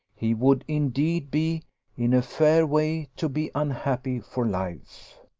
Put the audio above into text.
he would indeed be in a fair way to be unhappy for life.